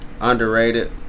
Underrated